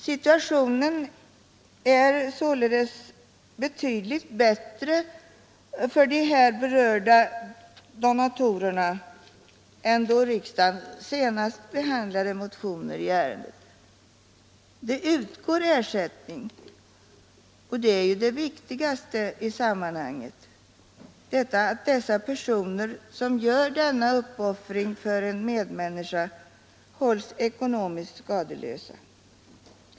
Situationen är således nu betydligt bättre för de här berörda donatorerna än då riksdagen senast behandlade motioner i ärendet. Ersättning utgår, och det viktigaste i sammanhanget är ju att de människor som gör denna uppoffring för en medmänniska hålls ekonomiskt skadeslösa.